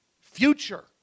future